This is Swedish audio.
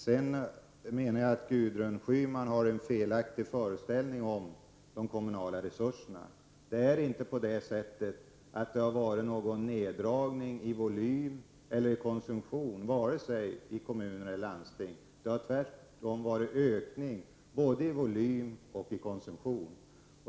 Jag menar att Gudrun Schyman har en felaktig föreställning om de kommunala resurserna. Det har inte varit någon neddragning i volym eller konsumtion, varken i kommuner eller landsting. Det har tvärtom varit en ökning både i volym och i konsumtion.